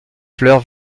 fleur